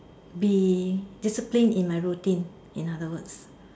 be disciplined in my routine in other words